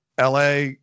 LA